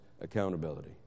accountability